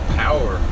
power